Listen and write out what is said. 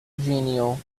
genial